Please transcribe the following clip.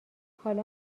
حالا